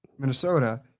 Minnesota